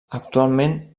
actualment